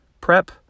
prep